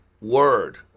word